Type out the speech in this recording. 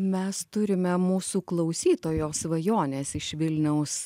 mes turime mūsų klausytojos svajonės iš vilniaus